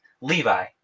Levi